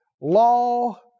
law